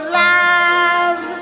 love